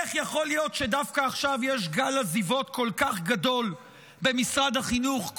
איך יכול להיות שדווקא עכשיו יש גל עזיבות כל כך גדול במשרד החינוך?